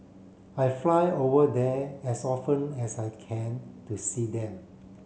I fly over there as often as I can to see them